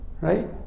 Right